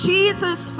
Jesus